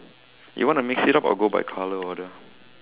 you want to mix it up or go by colour order